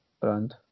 brand